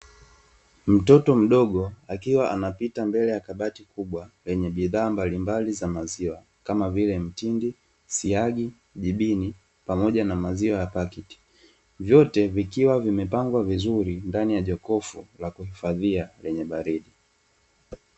Mtoto mdogo akiwa anapita mbele ya kabati kubwa lenye bidhaa mbalimbali za maziwa kama vile mtindi, siagi, jibini pamoja na maziwa ya paketi. Vyote vikiwa vimepangwa vizuri, ndani ya jokofu la kuhifadhia lenye baridi.